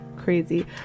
crazy